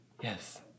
Yes